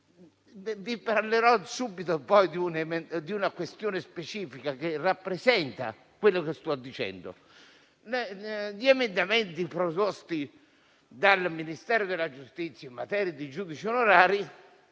Mi soffermo quindi su una questione specifica che rappresenta quello che sto dicendo. Gli emendamenti proposti dal Ministero della giustizia in materia di giudici onorari